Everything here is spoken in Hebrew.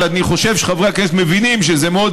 אבל אני חושב שחברי הכנסת מבינים שזה מאוד